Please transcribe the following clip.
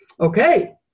Okay